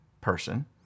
person